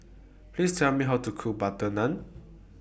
Please Tell Me How to Cook Butter Naan